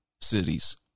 cities